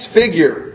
figure